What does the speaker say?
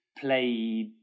played